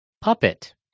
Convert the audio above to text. puppet